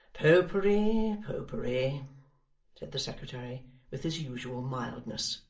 popery, popery said the secretary with his usual mildness.